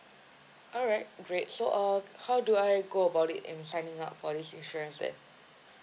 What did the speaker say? alright great so uh how do I go about it in signing up for this insurance then